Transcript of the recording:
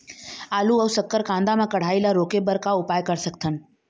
आलू अऊ शक्कर कांदा मा कढ़ाई ला रोके बर का उपाय कर सकथन?